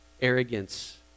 arrogance